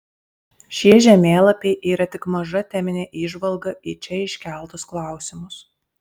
šie žemėlapiai yra tik maža teminė įžvalga į čia iškeltus klausimus